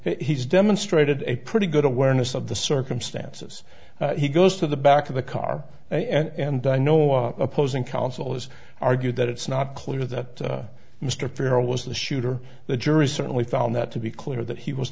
he's demonstrated a pretty good awareness of the circumstances he goes to the back of the car and i know opposing counsel is argue that it's not clear that mr farrell was the shooter the jury certainly found that to be clear that he was